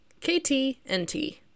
KTNT